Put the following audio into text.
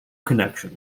connection